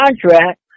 contract